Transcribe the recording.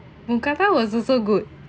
mookata was also good